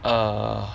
err